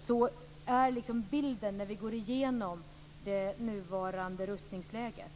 Så är bilden när vi går igenom det nuvarande rustningsläget.